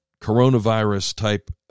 coronavirus-type